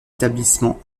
établissement